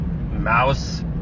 mouse